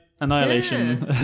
annihilation